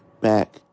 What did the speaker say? back